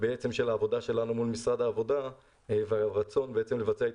העבודה שלנו מול משרד העבודה והרצון לבצע את